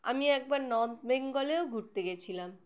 আমি একবার নর্থ বেঙ্গলেও ঘুরতে গিয়েছিলাম